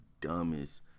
dumbest